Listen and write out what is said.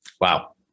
Wow